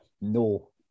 No